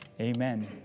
Amen